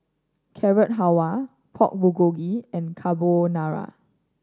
Carrot Halwa Pork Bulgogi and Carbonara